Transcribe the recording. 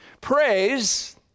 Praise